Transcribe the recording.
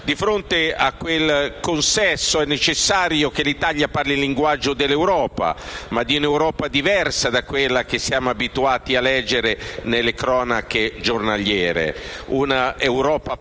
Di fronte a quel consesso è necessario che l'Italia parli il linguaggio dell'Europa, ma di un'Europa diversa da quella che siamo abituati a leggere nelle cronache giornaliere; di un'Europa aperta e